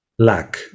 Lack